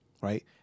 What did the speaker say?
right